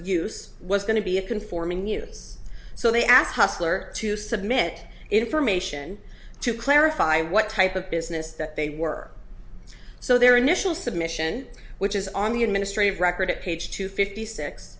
use was going to be a conforming units so they asked hustler to submit information to clarify what type of business that they work so their initial submission which is on the administrative record at page two fifty six